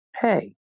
hey